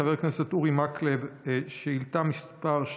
חבר הכנסת אורי מקלב,